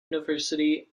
university